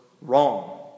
wrong